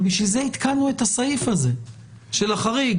אבל בשביל זה התקנו את הסעיף הזה של החריג.